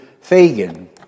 Fagin